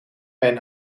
mijn